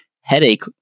headache